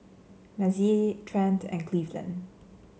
Mazie Trent and Cleveland